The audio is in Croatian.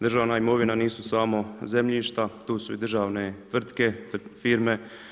Državna imovina nisu samo zemljišta, tu su i državne tvrtke, firme.